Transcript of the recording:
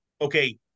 okay